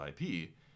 IP